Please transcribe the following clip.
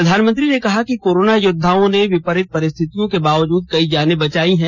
प्रधानमंत्री ने कहा कि कोरोना योद्वाओं ने विपरीत परिस्थितियों के बावजूद कई जानें बचाई हैं